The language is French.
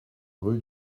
rue